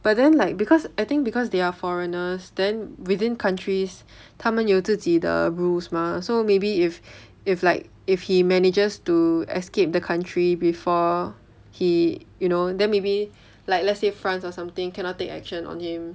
but then like because I think because they are foreigners then within countries 他们有自己的 rules mah so maybe if if like if he manages to escape the country before he you know then maybe like let's say france or something cannot take action on him